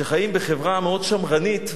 שחיים בחברה מאוד שמרנית,